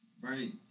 Right